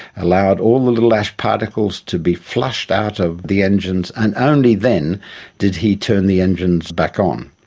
allowed all the little ash particles to be flushed out of the engines, and only then did he turn the engines back on.